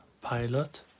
pilot